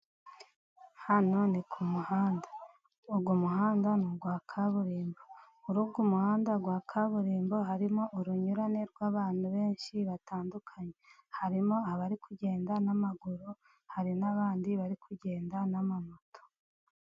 Hano ni ku muhanda, uwo muhanda ni uwa kaburimbo, muri uwoku muhanda wa kaburimbo harimo urunyurane rw'abantu benshi batandukanye, harimo: abari kugenda n'amaguru, hari n'abandi bari kugenda n'amamoto.